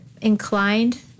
inclined